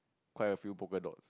quite a few polka dots